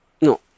No